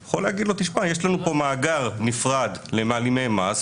הוא יכול להגיד לו: יש לנו פה מאגר נפרד למעלימי מס,